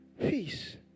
peace